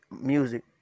music